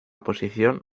posición